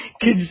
kids